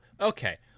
Okay